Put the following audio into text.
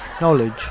Knowledge